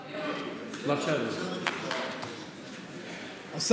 בבקשה, אדוני.